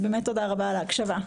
תודה רבה על ההקשבה.